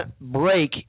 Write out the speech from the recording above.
break